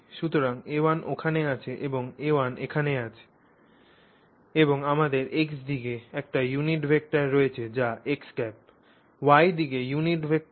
সুতরাং a1 ওখানে আছে এবং a1 এখানে আছে এবং আমাদের X দিকে একটি ইউনিট ভেক্টর রয়েছে যা Y -দিকে ইউনিট ভেক্টর